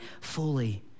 fully